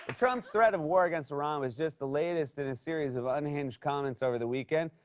trump's threat of war against iran was just the latest in a series of unhinged comments over the weekend.